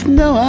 no